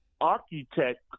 architect